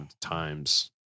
times